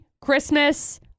Christmas